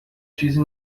چیزی